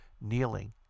kneeling